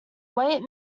weight